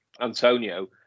Antonio